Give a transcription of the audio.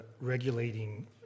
regulating